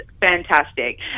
fantastic